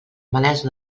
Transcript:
malesa